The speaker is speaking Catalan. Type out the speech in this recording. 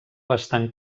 bastant